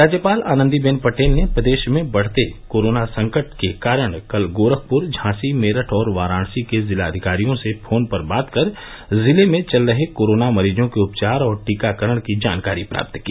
राज्यपाल आनंदीबेन पटेल ने प्रदेश में बढ़ते कोरोना संकट के कारण कल गोरखपुर झाँसी मेरठ और वाराणसी के जिलाधिकारियों से टेलीफोन पर बात कर जिले में चल रहे कोरोना मरीजों के उपचार और टीकाकरण की जानकारी प्राप्त की